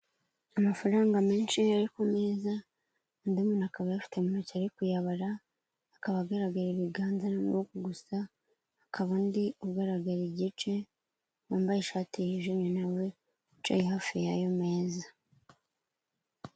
Amafaranga menshi ari ku meza, undi muntu akaba ayafite mu ntoki ari kuyabara, akaba agaragara ibiganza n'amaboko gusa, hakaba undi ugaragara igice, wambaye ishati yijimye na we wicaye hafi y'ayo meza.